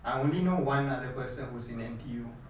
I only know one other person who's in N_T_U